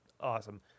awesome